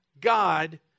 God